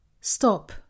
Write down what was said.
stop